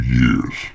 years